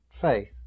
faith